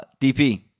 DP